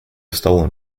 stolen